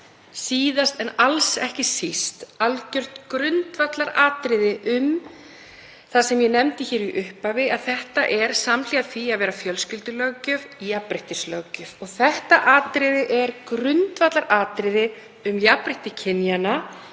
síðast en ekki síst algjört grundvallaratriði fyrir það sem ég nefndi hér í upphafi, að þetta er, samhliða því að vera fjölskyldulöggjöf, jafnréttislöggjöf. Þetta atriði er grundvallaratriði fyrir jafnrétti kynjanna,